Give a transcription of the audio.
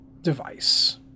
device